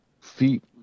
feet